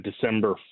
December